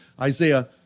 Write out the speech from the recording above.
Isaiah